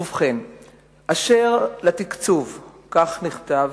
כך נכתב